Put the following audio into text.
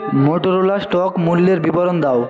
মোটোরোলার stock মূল্যের বিবরণ দাও